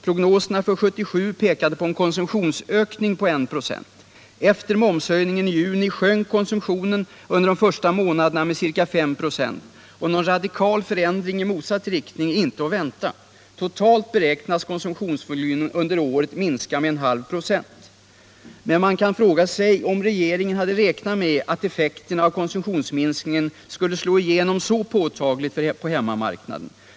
Prognoserna för 1977 pekade på en konsumtionsökning på 1 26. Efter momshöjningen i juni sjönk konsumtionen under de första mänaderna med ca 5 96, och någon radikal förändring i motsatt riktning är inte att vänta. Totalt beräknas konsumtionsvolymen under året minska med en halv procent. Men man kan fråga sig om regeringen hade räknat med att effekterna av konsumtionsminskningen skulle slå igenom så påtagligt på hemmamarknaden.